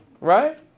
Right